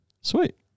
Sweet